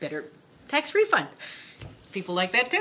better tax refund people like that